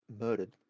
murdered